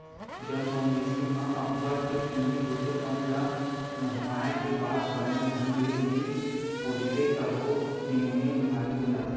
जउन मवेशी म अब्बड़ के चूंदी होथे तउन ल नहुवाए के बाद बने ढंग ले नइ पोछबे तभो निमोनिया बेमारी हो जाथे